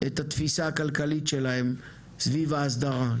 את התפיסה הכלכלית שלהם סביב ההסדרה.